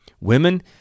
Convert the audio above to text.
Women